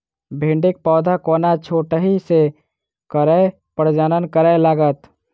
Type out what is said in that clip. भिंडीक पौधा कोना छोटहि सँ फरय प्रजनन करै लागत?